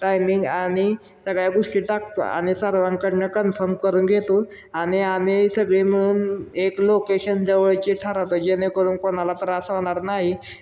timing आणि सगळ्या गोष्टी टाकतो आणि सर्वांकडून कन्फर्म करून घेतो आणि आम्ही सगळी मिळून एक लोकेशन जवळची ठरवतो जेणेकरून कोणाला त्रास होणार नाही